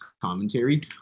commentary